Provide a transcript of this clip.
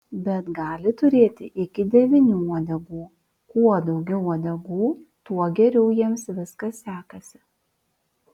bet gali turėti iki devynių uodegų kuo daugiau uodegų tuo geriau jiems viskas sekasi